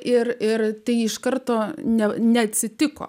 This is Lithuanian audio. ir ir tai iš karto ne neatsitiko